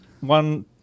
one